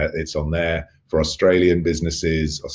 it's on there. for australian businesses, ah